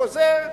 חוזר,